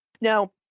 now